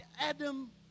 Adam